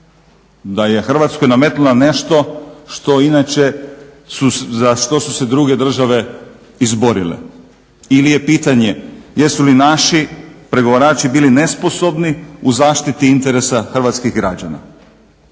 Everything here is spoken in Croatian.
da je Hrvatskoj nametnula nešto što inače, za što su se druge države izborile ili je pitanje jesu li naši pregovarači bili nesposobni u zaštiti interesa hrvatskih građana.